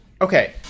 okay